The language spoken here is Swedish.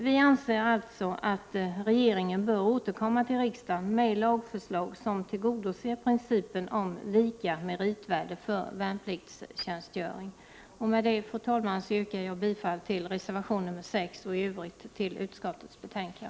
Vi anser alltså att regeringen bör återkomma till riksdagen med lagförslag, | som tillgodoser principen om lika meritvärde för värnpliktstjänstgöring. Fru talman! Med det anförda yrkar jag bifall till reservation 6 och i övrigt till utskottets hemställan.